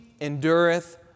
endureth